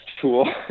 tool